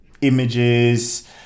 images